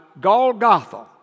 Golgotha